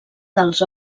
dels